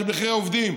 של מחירי עובדים,